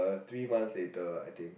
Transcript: three months later I think